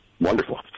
wonderful